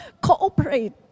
cooperate